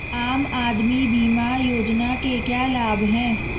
आम आदमी बीमा योजना के क्या लाभ हैं?